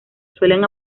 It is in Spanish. suelen